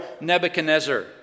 Nebuchadnezzar